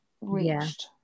reached